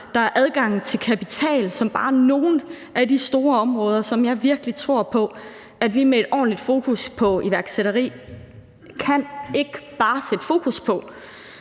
Der er adgangen til kapital. Det er bare nogle af de store områder, som jeg virkelig tror på at vi med et ordentligt fokus på iværksætteri ikke bare kan sætte fokus på,